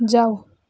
जाऊ